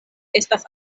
estas